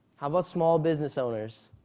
how about small business owners?